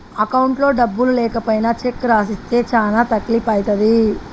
అకౌంట్లో డబ్బులు లేకపోయినా చెక్కు రాసిస్తే చానా తక్లీపు ఐతది